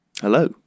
Hello